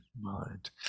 mind